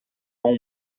com